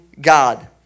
God